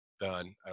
Done